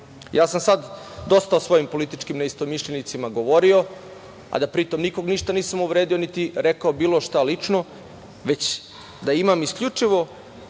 sam sad dosta o svojim političkim neistomišljenicima govorio, a da pri tome nikog ništa nisam uvredio niti mu rekao bilo šta lično, već da imam isključivo